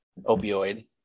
opioid